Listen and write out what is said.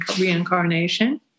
reincarnation